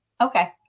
Okay